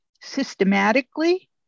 systematically